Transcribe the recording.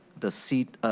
the seat,